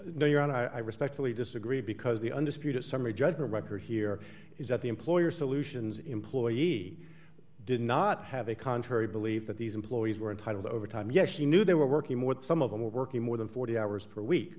no you're on i respectfully disagree because the undisputed summary judgment record here is that the employer solutions employee did not have a contrary believe that these employees were entitled overtime yes she knew they were working more some of them were working more than forty hours per week